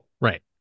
Right